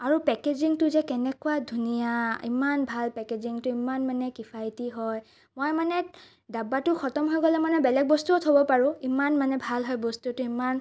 আৰু পেকেজিঙটো যে কেনেকুৱা ধুনীয়া ইমান ভাল পেকেজিঙটো ইমান মানে কিফাইটি হয় মই মানে ডাব্বাটো খতম হৈ গ'লে মানে বেলেগ বস্তুও থ'ব পাৰোঁ ইমান মানে ভাল হয় বস্তুটো ইমান